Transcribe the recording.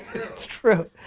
it's true.